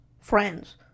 friends